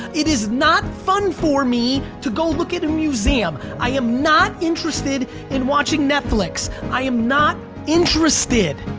it is not fun for me to go look at a museum. i am not interested in watching netflix. i am not interested.